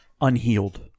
unhealed